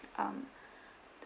um